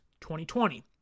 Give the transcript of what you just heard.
2020